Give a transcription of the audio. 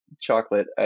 chocolate